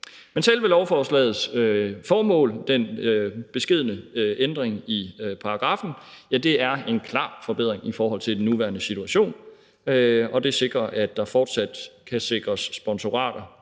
Selve lovforslagets formål, den beskedne ændring i paragraffen, er en klar forbedring i forhold til den nuværende situation, og det sikrer, at der fortsat kan sikres sponsorater